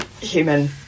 human